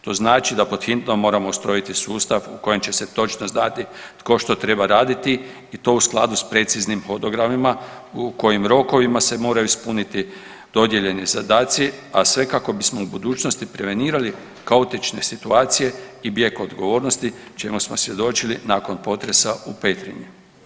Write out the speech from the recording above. To znači da pod hitno moramo ustrojiti sustav u kojem će se točno znati tko što treba raditi i to u skladu s preciznim hodogramima, u kojim rokovima se moraju ispuniti dodijeljeni zadaci, a sve kako bismo u budućnosti prevenirali kaotične situacije i bijeg od odgovornosti čime smo svjedočili nakon potresa u Petrinju.